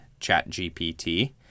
ChatGPT